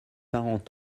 parents